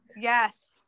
Yes